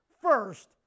first